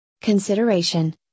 consideration